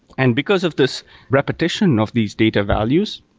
and because of this repetition of these data values,